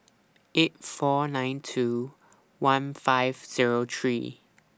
eight four nine two one five Zero three